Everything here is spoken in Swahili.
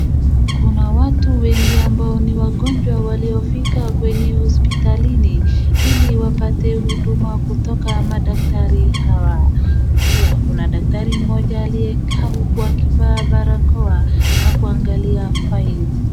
Kuna watu wengi ambao ni wagonjwa waliofika kwenye hospitalini hili wapate huduma kutoka madaktari hawa. Pia kuna daktari mmoja aliyekaa huku akivaa barakoa na kuangalia file .